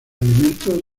alimentos